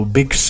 Big